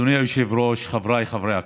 אדוני היושב-ראש, חבריי חברי הכנסת,